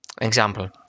example